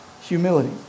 humility